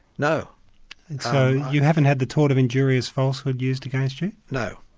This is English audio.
no. and so you haven't had the tort of injurious falsehood used against you? no.